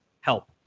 help